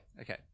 Okay